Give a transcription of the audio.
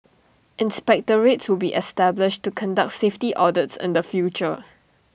inspectorate to be established to conduct safety audits in the future